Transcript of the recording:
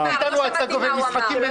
להגיע היא ביקשה לדחות את הדיון.